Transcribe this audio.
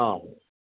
हँ